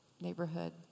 neighborhood